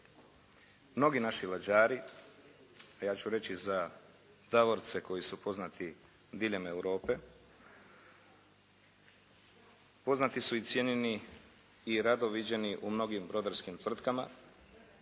Mnogi naši lađari, ja ću reći za Davorce koji su poznati diljem Europe, poznati su i cijenjeni i rado viđeni u mnogim brodarskim tvrtkama,